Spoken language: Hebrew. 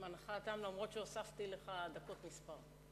זמנך תם, אף-על-פי שהוספתי לך דקות מספר.